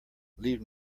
leave